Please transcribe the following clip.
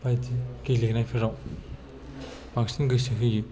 बायदि गेलेनायबफोराव बांसिन गोसो होयो